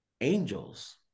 angels